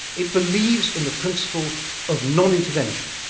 it believes in the principle of nonintervention,